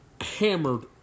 hammered